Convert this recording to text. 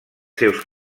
seus